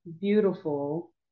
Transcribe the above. beautiful